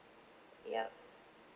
yup